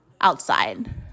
Outside